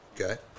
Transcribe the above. okay